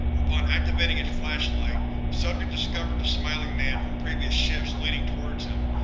upon activating its flashlight, subject discovered the smiling man from previous shifts leaning towards him.